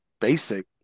basic